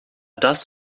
das